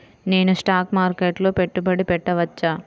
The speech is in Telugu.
నేను స్టాక్ మార్కెట్లో పెట్టుబడి పెట్టవచ్చా?